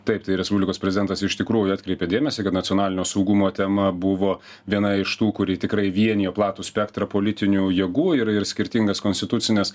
taip tai respublikos prezidentas iš tikrųjų atkreipė dėmesį kad nacionalinio saugumo tema buvo viena iš tų kuri tikrai vienijo platų spektrą politinių jėgų ir ir skirtingas konstitucines